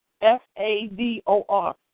F-A-D-O-R